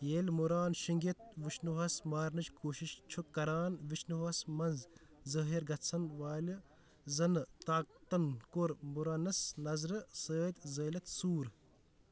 ییٚلہِ مُران شیٚنٛگِتھ وُشنوٗہَس مارنٕچ کوٗشِش چھُ کَران وِشنوٗہَس منٛز ظٲہِر گَژھن والہِ زَنہِ طاقتَن کوٚر مُرَنَس نظرِ سۭتۍ زٲلِتھ سوٗر